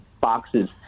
boxes